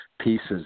pieces